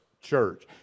church